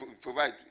provide